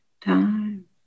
time